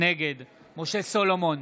נגד משה סולומון,